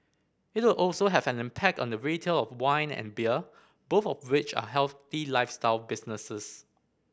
it will also have an impact on the retail of wine and beer both of which are healthy lifestyle businesses